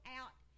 out